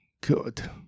good